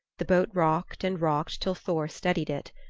the boat rocked and rocked till thor steadied it.